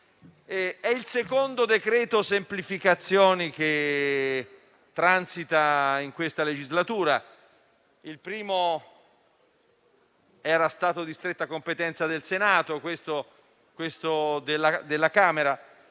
il secondo decreto-legge semplificazioni che transita in questa legislatura. L'esame del primo era stato di stretta competenza del Senato, mentre questo della Camera